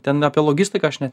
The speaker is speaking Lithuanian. ten apie logistiką aš net